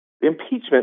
impeachment